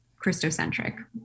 Christocentric